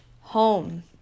home